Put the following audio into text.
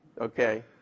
Okay